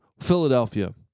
Philadelphia